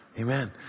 Amen